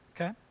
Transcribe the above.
Okay